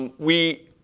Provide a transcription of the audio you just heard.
and we,